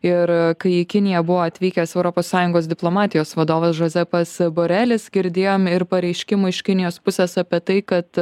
ir kai į kiniją buvo atvykęs europos sąjungos diplomatijos vadovas žozepas borelis girdėjom ir pareiškimų iš kinijos pusės apie tai kad